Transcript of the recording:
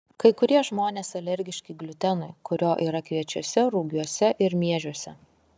kai kurie žmonės alergiški gliutenui kurio yra kviečiuose rugiuose ir miežiuose